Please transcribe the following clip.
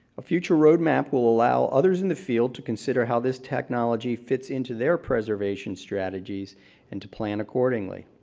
a future roadmap will allow others in the field to consider how this technology fits into their preservation strategies and to plan accordingly.